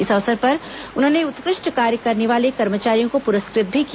इस अवसर पर उन्होंने उत्कृष्ट कार्य करने वाले कर्मचारियों को पुरस्कृत भी किया